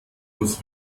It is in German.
muss